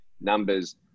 numbers